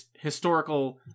historical